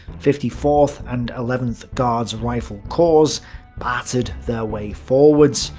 fifty fourth and eleventh guards rifle corps battered their way forwards,